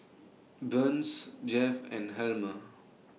Burns Jeff and Helmer